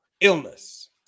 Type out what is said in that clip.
illness